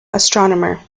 astronomer